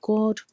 God